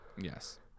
Yes